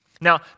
Now